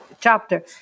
chapter